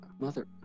Mother